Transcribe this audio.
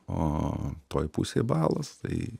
o toj pusėj balos tai